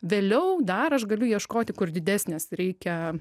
vėliau dar aš galiu ieškoti kur didesnės reikia